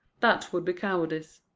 that would be cowardice.